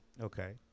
Okay